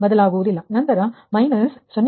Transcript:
ನಂತರ ಮೈನಸ್ 0